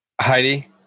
Heidi